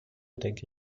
denke